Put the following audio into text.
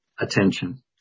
attention